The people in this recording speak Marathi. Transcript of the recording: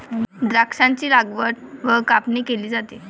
द्राक्षांची लागवड व कापणी केली जाते